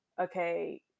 okay